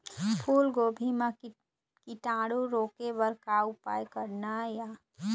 फूलगोभी म कीटाणु रोके बर का उपाय करना ये?